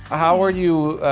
how are you?